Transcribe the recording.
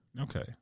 Okay